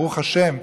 ברוך השם,